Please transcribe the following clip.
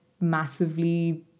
massively